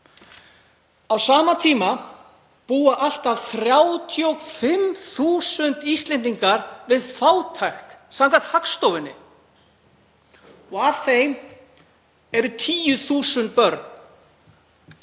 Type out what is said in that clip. Á sama tíma búa allt að 35.000 Íslendingar við fátækt samkvæmt Hagstofunni. Af þeim eru 10.000 börn,